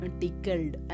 tickled